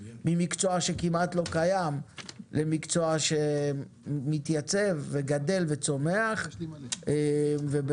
ממקצוע שכמעט לא קיים למקצוע שמתייצב וגדל וצומח וחסך